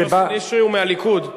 יוסי נשרי הוא מהליכוד.